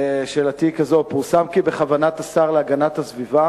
שאלתי היא כזאת: פורסם כי בכוונת השר להגנת הסביבה